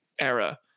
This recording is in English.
era